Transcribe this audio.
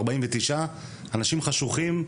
ארבעים ותשעה אנשים חשוכים,